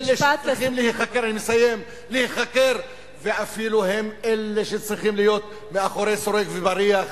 אלה שצריכים להיחקר ואפילו הם אלה שצריכים להיות מאחורי סורג ובריח,